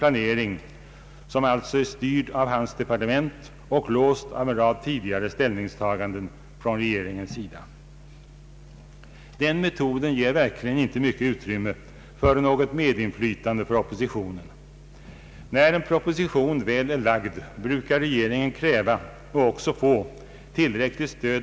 Jag tror att det är många med mig som kommer att läsa det med tillfredsställelse.